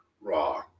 raw